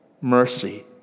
mercy